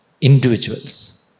individuals